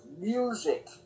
music